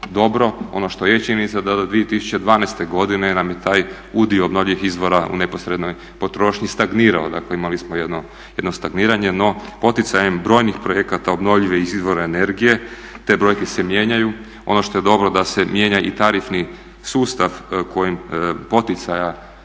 dobro. Ono što je činjenica da do 2012. godine nam je taj udio obnovljivih izvora u neposrednoj potrošnji stagnirao. Dakle, imali smo jedno stagniranje. No, poticanjem brojnih projekata obnovljivih izvora energije te brojke se mijenjaju. Ono što je dobro da se mijenja i tarifni sustav kojim poticaj